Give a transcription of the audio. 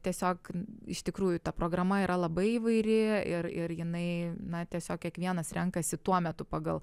tiesiog iš tikrųjų ta programa yra labai įvairi ir ir jinai na tiesiog kiekvienas renkasi tuo metu pagal